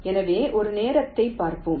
எனவே ஒரு நேரத்தைப் பார்ப்போம்